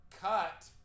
cut